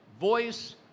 voice